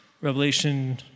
Revelation